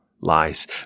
lies